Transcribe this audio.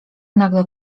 nagle